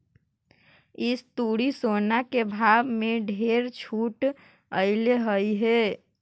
इस तुरी सोना के भाव में ढेर छूट अएलई हे